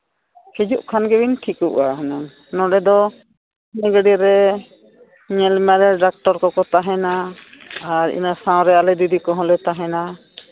ᱦᱤᱡᱩᱜ ᱠᱷᱟᱱ ᱜᱮᱵᱤᱱ ᱴᱷᱤᱠᱚᱜᱼᱟ ᱦᱩᱱᱟᱹᱝ ᱱᱚᱰᱮ ᱫᱚ ᱰᱷᱮᱨ ᱜᱟᱹᱰᱤ ᱨᱮ ᱧᱮᱞ ᱢᱟᱨᱮ ᱰᱟᱠᱴᱚᱨ ᱠᱚᱠᱚ ᱛᱟᱦᱮᱱᱟ ᱟᱨ ᱤᱱᱟᱹ ᱥᱟᱶᱨᱮ ᱟᱞᱮ ᱫᱤᱫᱤ ᱠᱚᱦᱚᱸᱞᱮ ᱛᱟᱦᱮᱱᱟ